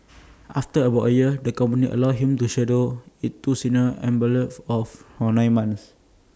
after about A year the company allowed him to shadow its two senior embalmers of for nine months